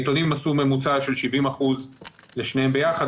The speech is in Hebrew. העיתונים עשו ממוצע של 70% לשניהם ביחד,